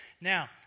Now